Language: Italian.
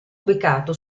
ubicato